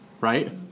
right